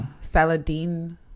Saladin